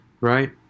right